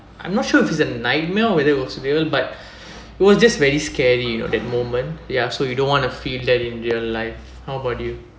I'm not sure if it's a nightmare or whether it was real but it was just very scary you know that moment ya so you don't want to feel that in real life how about you